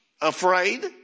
afraid